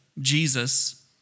Jesus